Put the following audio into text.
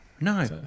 No